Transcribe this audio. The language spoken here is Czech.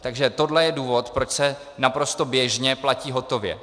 Takže tohle je důvod, proč se naprosto běžně platí hotově.